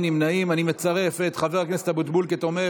זו בכל מקרה קריאה טרומית,